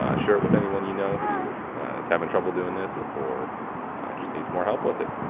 ah share it with anyone you know who is having trouble doing this or just needs more help with it.